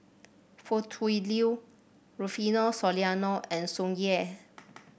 Foo Tui Liew Rufino Soliano and Tsung Yeh